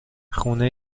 خونه